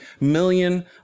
million